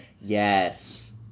Yes